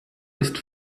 ist